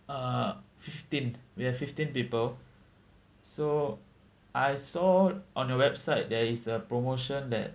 uh fifteen we have fifteen people so I saw on your website there is a promotion that